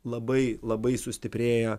labai labai sustiprėję